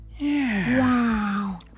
Wow